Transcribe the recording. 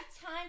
time